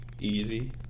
Easy